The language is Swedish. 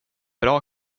bra